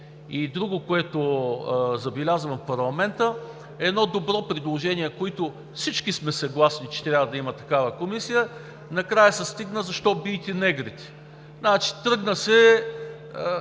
И друго, което забелязвам в парламента – едно добро предложение, с което всички сме съгласни – че трябва да има такава комисия, накрая се стигна: защо биете негрите? Тръгна се